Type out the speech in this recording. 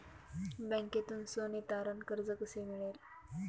बँकेतून सोने तारण कर्ज कसे मिळेल?